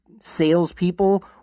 salespeople